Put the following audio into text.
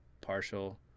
partial